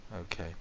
Okay